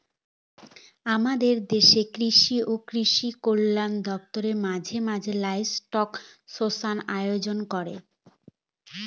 আমাদের দেশের কৃষি ও কৃষি কল্যাণ দপ্তর মাঝে মাঝে লাইভস্টক সেনসাস আয়োজন করে